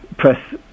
press